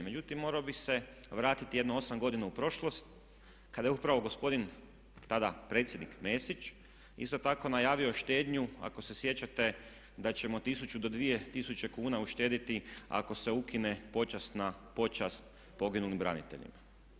Međutim, morao bih se vratiti jedno 8 godina u prošlost kada je upravo gospodin tada predsjednik Mesić isto tako najavio štednju ako se sjećate da ćemo tisuću do dvije tisuće kuna uštediti ako se ukine počasna počast poginulim braniteljima.